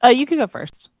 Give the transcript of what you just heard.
ah you can go first?